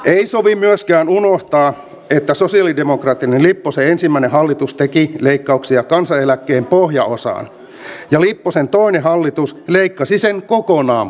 ei sovi myöskään unohtaa että sosialidemokraattinen lipposen ensimmäinen hallitus teki leikkauksia kansaneläkkeen pohjaosaan ja lipposen toinen hallitus leikkasi sen kokonaan pois